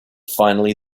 finally